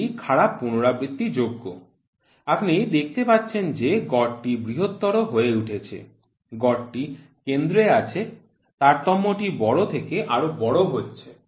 এটি খারাপ পুনরাবৃত্তি যোগ্য আপনি দেখতে পাচ্ছেন যে গড়টি বৃহত্তর হয়ে উঠছে গড়টি কেন্দ্রে আছে তারতম্য টি বড় থেকে আরো বড় হচ্ছে